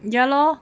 ya lor